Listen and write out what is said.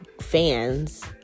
fans